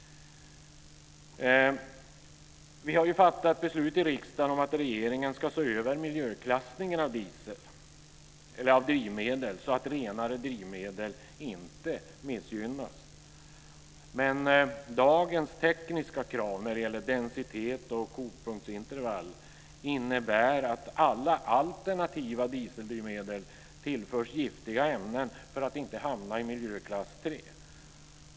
Vi har i riksdagen fattat beslut om att regeringen ska se över miljöklassningen av drivmedel, så att renare drivmedel inte missgynnas. Dagens tekniska krav när det gäller densitet och kokpunktsintervall innebär dock att alla alternativa dieseldrivmedel tillförs giftiga ämnen för att inte hamna i miljöklass 3.